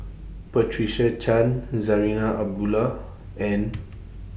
Patricia Chan Zarinah Abdullah and